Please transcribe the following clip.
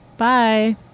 Bye